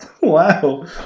Wow